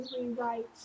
rewrite